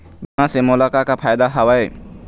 बीमा से मोला का का फायदा हवए?